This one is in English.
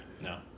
No